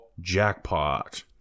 jackpot